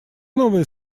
новые